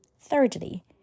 Thirdly